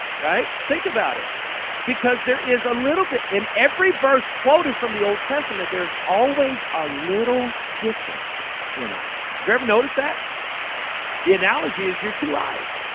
right think about it because there is a little bit in every verse quoted from the old testament. there's always a little difference in them you've ever noticed that the analogy is your two eyes